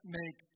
make